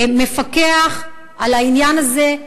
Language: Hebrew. מפקח על העניין הזה.